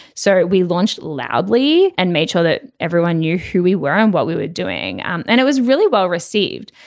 so we launched loudly and made sure that everyone knew who we were and what we were doing. and it was really well received.